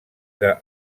que